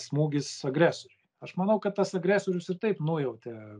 smūgis agresoriui aš manau kad tas agresorius ir taip nujautė